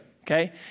Okay